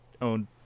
own